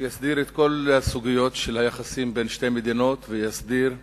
שיסדיר את כל הסוגיות של היחסים בין שתי מדינות ויסדיר סוגיות,